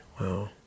Wow